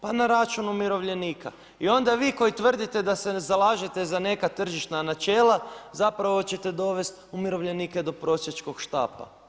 Pa na račun umirovljenika i onda vi koji tvrdite da se zalažete za neka tržišna načela zapravo ćete dovesti umirovljenike do prosjačkog štapa.